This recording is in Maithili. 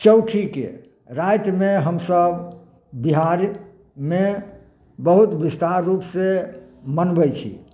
चौठीके रातिमे हमसभ बिहारमे बहुत विस्तार रूपसँ मनबै छी